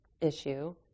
issue